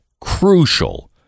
crucial